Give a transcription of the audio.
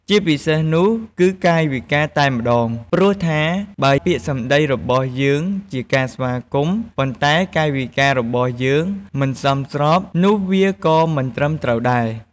ជាពិសេសនោះ គឺកាយវិការតែម្ដង ព្រោះថា បើពាក្យសម្ដីរបស់យើងជាការស្វាគមន៍ ប៉ុន្តែកាយវិការរបស់យើងមិនសមស្រប នោះវាក៏មិនត្រឹមត្រូវដែរ។